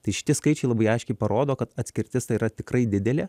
tai šitie skaičiai labai aiškiai parodo kad atskirtis tai yra tikrai didelė